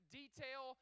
detail